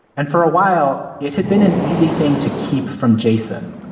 and for a while, it had been an easy thing to keep from jason.